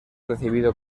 recibido